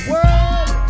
World